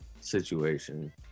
situation